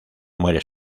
muere